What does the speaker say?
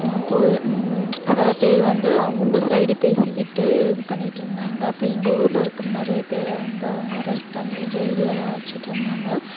போல் சில பேர் வந்து அவங்க சைடு பேசிகிட்டு இது பண்ணிக்கிட்டிருந்தாங்க அப்போ எங்கள் ஊரில் இருக்கிற நிறைய பேரை வந்து அவங்க அரெஸ்ட் பண்ணி ஜெயில்லெலாம் வச்சுக்கிட்ருந்தாங்க